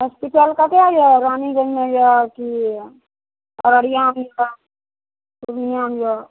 hospital कतए यऽ रानीगञ्जमे यऽ कि अररियामे यऽ पूर्णियामे यऽ